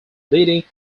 leading